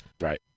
Right